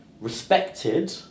respected